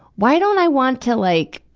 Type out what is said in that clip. why don't i want to like,